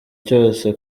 cyose